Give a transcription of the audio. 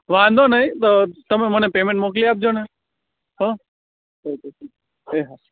વાંધો નહિ ત તમે મને પેમેન્ટ મોકલી આપજો ને હં સો ટકા એ હા